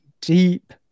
deep